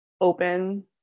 open